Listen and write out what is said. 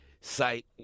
site